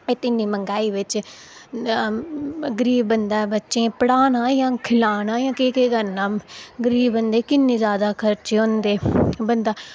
इन्नी मंग्हाई बिच गरीब बंदा बच्चें ई पढ़ाना जां खिलाना जां केह् केह् करना गरीब बंदे ई किन्ने जादा खर्चे होंदे बंदा